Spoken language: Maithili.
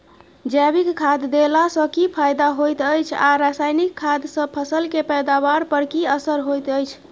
जैविक खाद देला सॅ की फायदा होयत अछि आ रसायनिक खाद सॅ फसल के पैदावार पर की असर होयत अछि?